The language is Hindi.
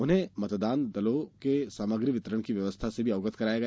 उन्हें मतदान दलों को सामग्री वितरण की व्यवस्था से भी अवगत कराया गया